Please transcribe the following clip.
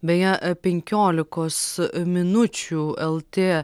beje penkiolikos minučių lt